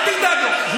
אני